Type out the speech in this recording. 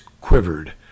quivered